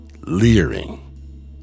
leering